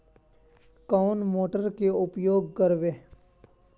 कौन मोटर के उपयोग करवे?